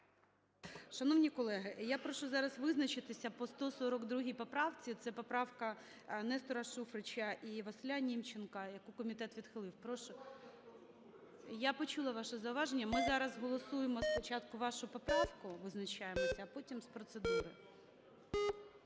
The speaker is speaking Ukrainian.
Шановні колеги, я прошу зараз визначитися по 142 поправці - це поправка Нестора Шуфрича і Василя Німченка, - яку комітет відхилив. Прошу. (Шум у залі) Я почула ваше зауваження. Ми зараз голосуємо спочатку вашу поправку, визначаємося, а потім – з процедури.